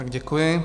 Děkuji.